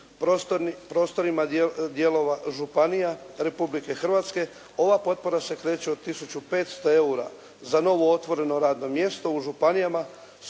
prostorima dijelova županija Republike Hrvatske. Ova potpora se kreće od 1500 eura za novo otvoreno radno mjesto u županijama